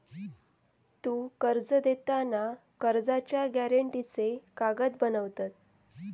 तु कर्ज देताना कर्जाच्या गॅरेंटीचे कागद बनवत?